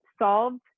solved